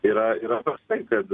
yra yra tai kad